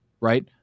right